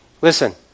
listen